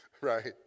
Right